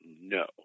No